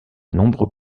nombreux